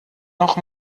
noch